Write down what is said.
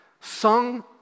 sung